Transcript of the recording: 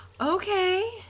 Okay